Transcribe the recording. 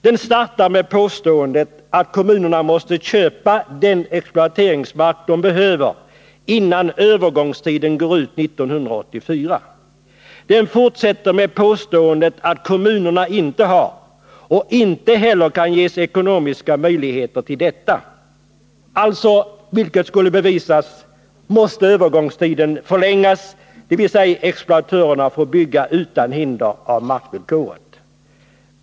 Den startar med påståendet att kommunerna måste köpa den exploateringsmark de behöver, innan övergångstiden går ut 1984. Den fortsätter med påståendet att kommunerna inte har och inte heller kan ges ekonomiska möjligheter till detta. Alltså — vilket skulle bevisas — måste övergångstiden förlängas, dvs. exploatörerna får bygga utan hinder av markvillkoret.